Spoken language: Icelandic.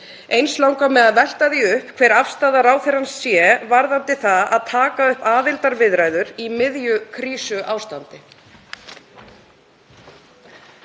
Eins langar mig að velta því upp hver afstaða ráðherrans sé varðandi það að taka upp aðildarviðræður í miðju krísuástandi.